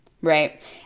Right